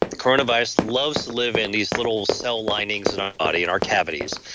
coronavirus loves to live in these little cell linings in our body, in our cavities,